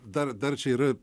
dar dar čia yra